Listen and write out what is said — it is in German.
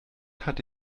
hatte